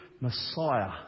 Messiah